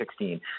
2016